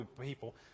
people